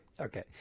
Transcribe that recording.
okay